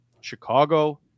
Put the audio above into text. Chicago